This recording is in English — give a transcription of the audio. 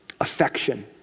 Affection